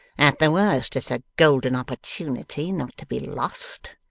at the worst, it's a golden opportunity, not to be lost.